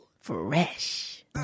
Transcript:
Fresh